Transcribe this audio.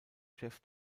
chef